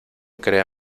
crea